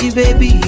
baby